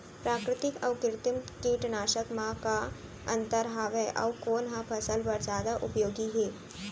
प्राकृतिक अऊ कृत्रिम कीटनाशक मा का अन्तर हावे अऊ कोन ह फसल बर जादा उपयोगी हे?